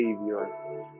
Savior